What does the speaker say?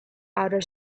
outer